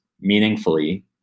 meaningfully